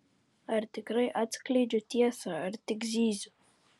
ar tikrai atskleidžiu tiesą ar tik zyziu